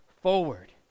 forward